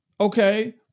Okay